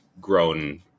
grown